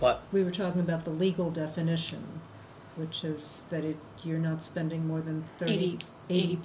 but we were talking about the legal definition which is that you're not spending more than thirty